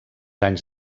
anys